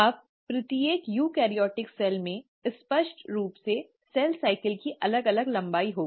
अब प्रत्येक यूकेरियोटिक कोशिका में स्पष्ट रूप से सेल साइकिल की अलग अलग लंबाई होगी